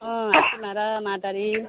अँ हाँसिमारा मादरी